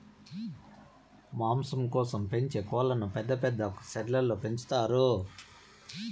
మాంసం కోసం పెంచే కోళ్ళను పెద్ద పెద్ద షెడ్లలో పెంచుతారు